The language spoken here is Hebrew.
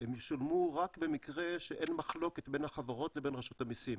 ישולמו רק במקרה שאין מחלוקת בין החברות לבין רשות המסים.